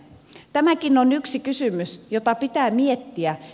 tämäkin on yksi kysymys jota pitää miettiä